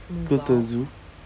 go to the zoo